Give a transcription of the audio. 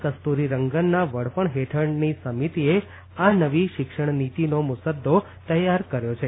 કસ્તુરીરંગનના વડપણ હેઠળની સમિતિએ આ નવી શિક્ષણનીતિનો મુસદ્દો તૈયાર કર્યો છે